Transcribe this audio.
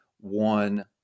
one